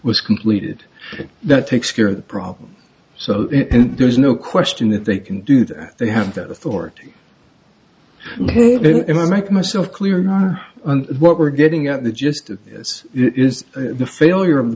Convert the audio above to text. was completed that takes care of the problem so there is no question that they can do that they have that authority to make myself clear what we're getting at the gist of this is the failure of the